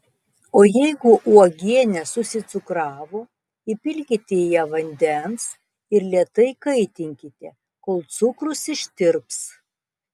o jeigu uogienė susicukravo įpilkite į ją vandens ir lėtai kaitinkite kol cukrus ištirps